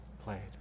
played